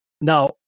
Now